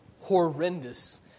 horrendous